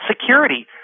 security